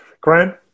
Grant